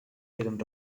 eren